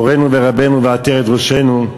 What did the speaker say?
מורנו ורבנו ועטרת ראשנו,